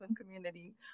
community